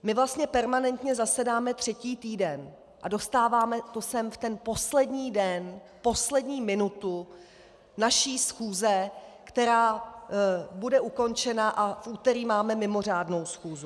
My vlastně permanentně zasedáme třetí týden a dostáváme to sem v ten poslední den, poslední minutu naší schůze, která bude ukončena, a v úterý máme mimořádnou schůzi.